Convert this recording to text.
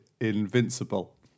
Invincible